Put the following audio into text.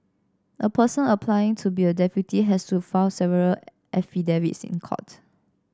a person applying to be a deputy has to file several affidavits in court